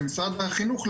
ומשרד החינוך,